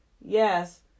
Yes